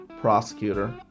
prosecutor